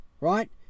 Right